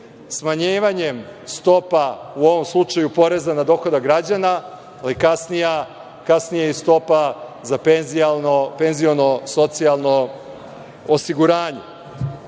smanjivanjem stopa u ovom slučaju poreza na dohodak građana, a kasnije i stopa za penziono – socijalno osiguranje. Ove